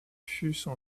fussent